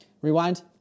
Rewind